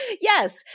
Yes